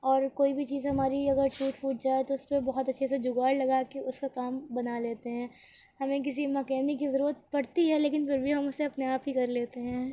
اور کوئی بھی چیز ہماری اگر ٹوٹ پھوٹ جائے تو اس پہ بہت اچھے سے جگاڑ لگا کے اس کا کام بنا لیتے ہیں ہمیں کسی مکینک کی ضرورت پڑتی ہے لیکن پھر بھی ہم اسے اپنے آپ ہی کر لیتے ہیں